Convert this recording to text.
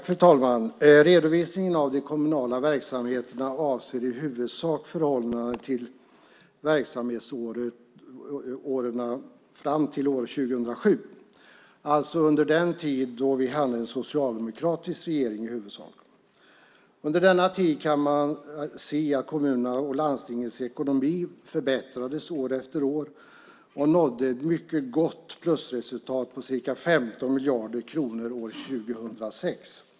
Fru talman! Redovisningen av de kommunala verksamheterna avser i huvudsak förhållanden till och med verksamhetsåret 2007, alltså under den tid då vi hade en i huvudsak socialdemokratisk regering. Under denna tid kan man se att kommunernas och landstingens ekonomi förbättrades år efter år och nådde ett mycket gott plusresultat på ca 15 miljarder kronor år 2006.